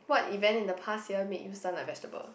what event in the past year make you stun like vegetable